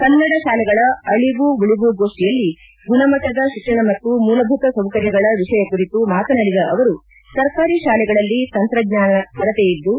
ಕನ್ನಡ ಶಾಲೆಗಳ ಅಳವು ಉಳವು ಗೋಷ್ಠಿಯಲ್ಲಿ ಗುಣಮಟ್ಟದ ಶಿಕ್ಷಣ ಮತ್ತು ಮೂಲಭೂತ ಸೌಕರ್ಯಗಳು ವಿಷಯ ಕುರಿತು ಮಾತನಾಡಿದ ಅವರು ಸರ್ಕಾರಿ ಶಾಲೆಗಳಲ್ಲಿ ತಂತ್ರಜ್ಞಾನ ಕೊರತೆ ಇದ್ದು